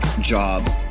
job